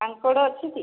କାଙ୍କଡ଼ ଅଛିକି